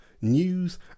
news